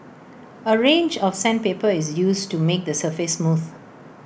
A range of sandpaper is used to make the surface smooth